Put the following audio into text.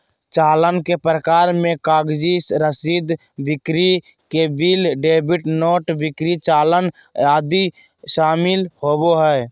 चालान के प्रकार मे कागजी रसीद, बिक्री के बिल, डेबिट नोट, बिक्री चालान आदि शामिल होबो हय